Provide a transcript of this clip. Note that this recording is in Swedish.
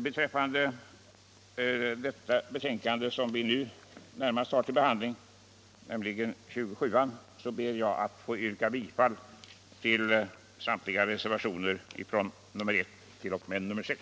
Beträffande nu föreliggande betänkande ber jag att få yrka bifall till samtliga reservationer, nr 1—6.